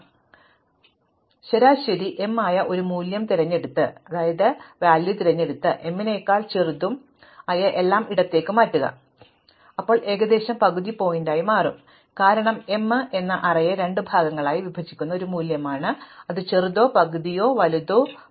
അതിനാൽ നമുക്ക് ഇത് ചെയ്യാൻ കഴിയുമെന്ന് കരുതുക ശരാശരി m ആയ ഒരു മൂല്യം തിരഞ്ഞെടുത്ത് m നെക്കാൾ ചെറുത് എല്ലാം ഇടത്തേക്ക് മാറ്റുക അപ്പോൾ ഇത് ഏകദേശം പകുതി പോയിന്റായി മാറും കാരണം m എന്നത് അറേയെ രണ്ട് ഭാഗങ്ങളായി വിഭജിക്കുന്ന ഒരു മൂല്യമാണ് അവ ചെറുതോ പകുതിയോ വലുതോ പകുതിയോ ആണ്